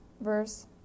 Verse